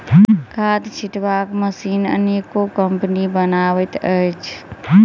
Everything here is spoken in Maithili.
खाद छिटबाक मशीन अनेको कम्पनी बनबैत अछि